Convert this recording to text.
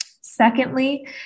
Secondly